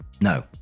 No